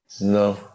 No